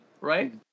right